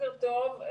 בוקר טוב.